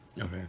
Okay